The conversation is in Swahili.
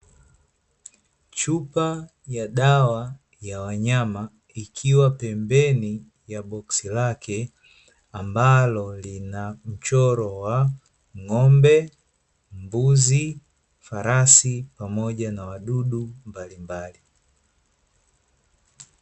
Chupa ya dawa ya wanyama ikiwa pembeni ya boksi lake, ambalo lina mchoro wa; ng'ombe, mbuzi, farasi, pamoja na wadudu mbalimbali.